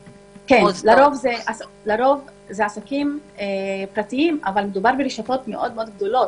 לרוב כן, אבל מדובר ברשתות מאד גדולות.